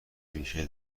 ریشه